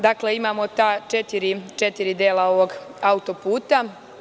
Dakle, imamo ta četiri dela ovog autoputa.